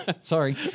sorry